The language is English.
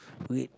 read